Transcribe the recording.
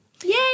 Yay